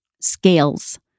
scales